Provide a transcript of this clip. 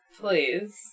please